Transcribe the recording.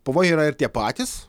pavojai yra ir tie patys